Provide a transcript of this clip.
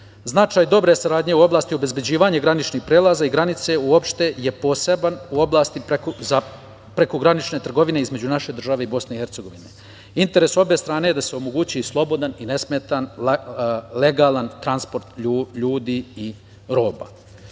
Značaj dobre saradnje u oblasti obezbeđivanja graničnih prelaza i granice uopšte je poseban u oblasti prekogranične trgovine između naše države i BiH. Interes obe strane je da se omogući slobodan i nesmetan, legalan transport ljudi i